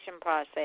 process